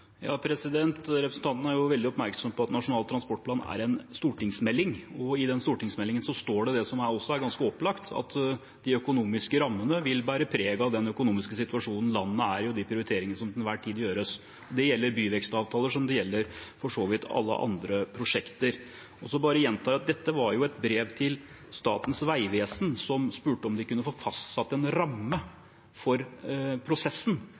den stortingsmeldingen står det noe som er ganske opplagt – at de økonomiske rammene vil bære preg av den økonomiske situasjonen landet er i, og de prioriteringene som til enhver tid gjøres. Det gjelder for byvekstavtaler som for alle andre prosjekter. Jeg bare gjentar at dette var et brev til Statens vegvesen, som spurte om de kunne få fastsatt en ramme for prosessen.